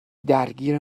درگیر